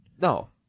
No